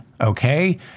Okay